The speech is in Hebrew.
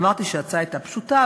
אמרתי שההצעה הייתה פשוטה,